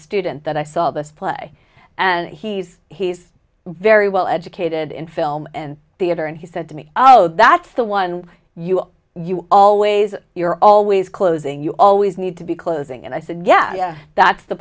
student that i saw this play and he's he's very well educated in film and theater and he said to me oh that's the one you you always you're always closing you always need to be closing and i said yeah that's the